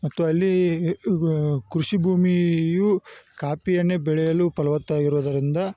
ಮತ್ತು ಅಲ್ಲಿ ಕೃಷಿ ಭೂಮಿಯು ಕಾಫಿಯನ್ನೇ ಬೆಳೆಯಲು ಫಲವತ್ತಾಗಿರುವುದರಿಂದ